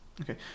okay